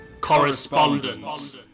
correspondence